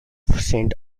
saint